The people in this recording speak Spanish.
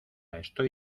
estoy